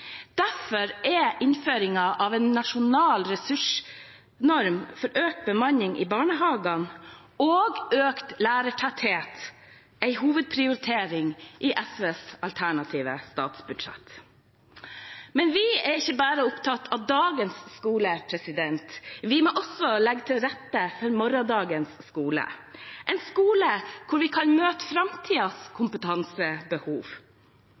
Derfor er innføringen av en nasjonal ressursnorm for økt bemanning i barnehagene og økt lærertetthet en hovedprioritering i SVs alternative statsbudsjett. Men vi er ikke bare opptatt av dagens skole. Vi må også legge til rette for morgendagens skole, en skole der vi kan møte